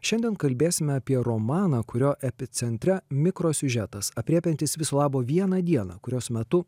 šiandien kalbėsime apie romaną kurio epicentre mikrosiužetas aprėpiantis viso labo vieną dieną kurios metu